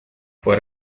fue